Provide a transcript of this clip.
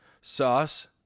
sauce